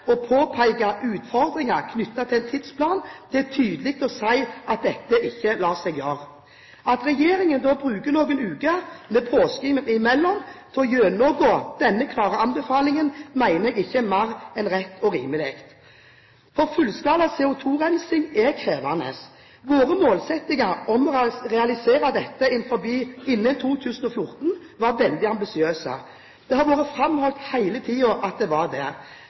å peke på utfordringer knyttet til en tidsplan og tydelig å si at dette ikke lar seg gjøre. At regjeringen bruker noen uker, med påske imellom, til å gjennomgå denne klare anbefalingen, mener jeg ikke er mer enn rett og rimelig. Fullskala CO2-rensing er krevende. Vår målsetting om å realisere dette innen 2014 var veldig ambisiøst. Det har vært framholdt hele tiden at det var det.